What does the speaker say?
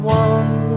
one